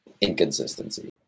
inconsistency